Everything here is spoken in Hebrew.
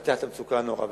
ולפתח את המצוקה הנוראה.